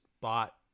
bought